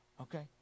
okay